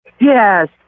Yes